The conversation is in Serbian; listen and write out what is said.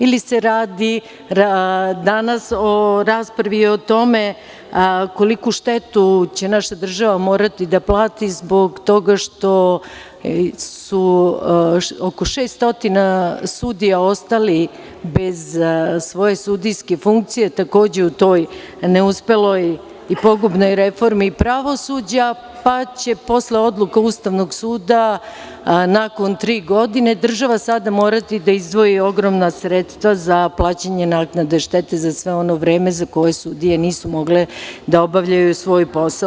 Ili se radi danas o raspravi o tome koliku štetu će naša država morati da plati zbog toga što je oko 600 sudija ostalo bez svoje sudijske funkcije takođe u toj neuspeloj i pogubnoj reformi pravosuđa, pa će posle odluka Ustavnog suda, nakon tri godine, država sada morati da izdvoji ogromna sredstva za plaćanje naknade štete za sve ono vreme za koje sudije nisu mogle da obavljaju svoj posao.